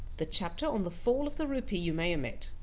the chapter on the fall of the rupee you may omit.